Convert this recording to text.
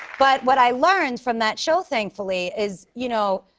but what i learned from that show, thankfully, is, you know,